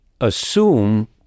assume